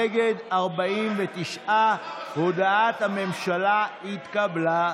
נגד, 49. הודעת הממשלה התקבלה.